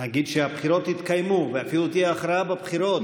נגיד שהבחירות יתקיימו ואפילו תהיה הכרעה בבחירות,